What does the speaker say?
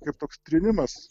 kaip toks trynimas